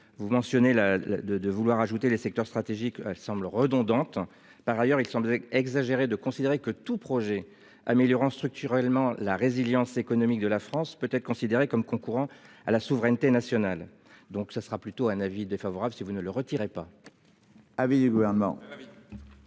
Vous mentionnez là de de vouloir ajouter les secteurs stratégiques. Elle semble redondante. Par ailleurs il semblerait exagéré de considérer que tout projet améliorant structurellement la résilience économique de la France, peut être considéré comme concourant à la souveraineté nationale. Donc ce sera plutôt un avis défavorable. Si vous ne le retirez pas.